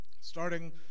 starting